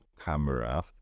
camera